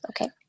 Okay